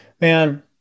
man